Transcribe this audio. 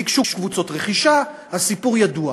ניגשו קבוצות רכישה, והסיפור ידוע.